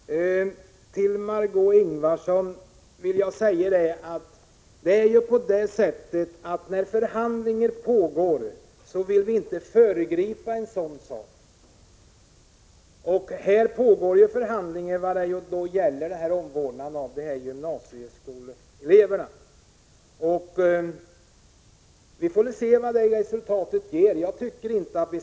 Herr talman! Till Margö Ingvardsson vill jag säga att vi inte vill föregripa de förhandlingar som pågår om omvårdnaden av gymnasieskoleeleverna. Vi får väl se vilket resultat som kommer ut av dem.